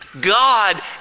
God